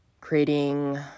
creating